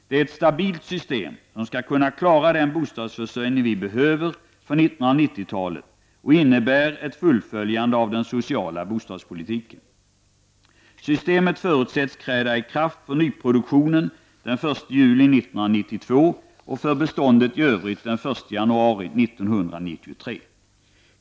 Det är ett stabilt system som skall kunna klara den bostadsförsörjning som vi behöver för 1990-talet och som innebär ett fullföljande av den sociala bostadspolitiken. Systemet förutsätts träda i kraft för nyproduktionen den 1 juli 1992 och för beståndet i övrigt den 1 januari 1993.